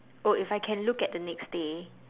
oh if I can look at the next day